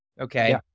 okay